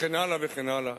וכן הלאה וכן הלאה.